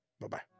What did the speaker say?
Bye-bye